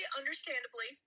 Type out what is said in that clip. understandably